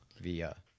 via